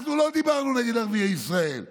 אנחנו לא דיברנו נגיד ערביי ישראל.